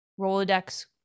Rolodex